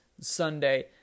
Sunday